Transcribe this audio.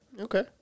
Okay